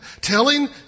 telling